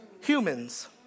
humans